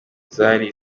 zari